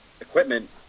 equipment